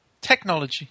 Technology